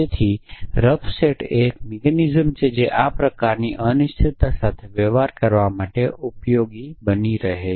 તેથી rough set એ એક મિકેનિઝમ છે જે આ પ્રકારની અનિશ્ચિતતા સાથે વ્યવહાર કરવા માટે ઉપકરણ બની રહી છે